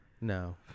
No